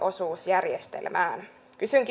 kysynkin ministeriltä